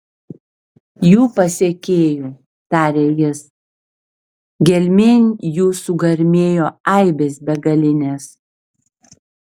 jų pasekėjų tarė jis gelmėn jų sugarmėjo aibės begalinės